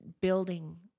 building